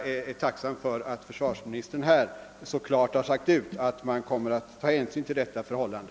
Därför är jag tacksam för att försvarsministern här så klart uttalat att man kommer att ta hänsyn till detta förhållande.